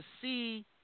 see